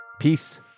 Peace